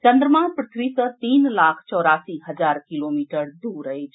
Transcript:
चन्द्रमा पृथ्वी सॅ तीन लाख चौरासी हजार किलोमीटर दूर अछि